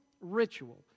ritual